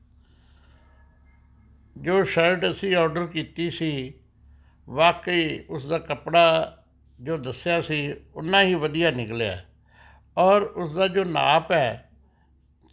ਜੋ ਸ਼ਰਟ ਅਸੀਂ ਆਰਡਰ ਕੀਤੀ ਸੀ ਵਾਕੇ ਹੀ ਉਸ ਦਾ ਕੱਪੜਾ ਜੋ ਦੱਸਿਆ ਸੀ ਉਨਾਂ ਹੀ ਵਧੀਆ ਨਿਕਲਿਆ ਔਰ ਉਸ ਦਾ ਜੋ ਨਾਪ ਹੈ